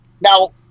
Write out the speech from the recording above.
Now